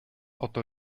oto